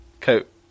Coat